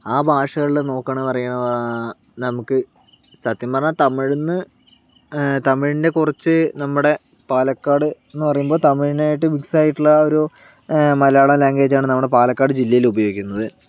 ആ ഭാഷകളിൽ നോക്കണ പറയണം നമുക്ക് സത്യം പറഞ്ഞാൽ തമിഴിന്ന് തമിഴിൻ്റെ കുറച്ച് നമ്മുടെ പാലക്കാട് എന്നു പറയുമ്പോ തമിഴിനെ ആയിട്ട് മിക്സ് ആയിട്ടുള്ള ഒരു മലയാള ലാംഗ്വേജ് ആണ് നമ്മുടെ പാലക്കാട് ജില്ലയിൽ ഉപയോഗിക്കുന്നത്